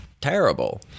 terrible